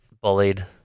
bullied